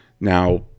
Now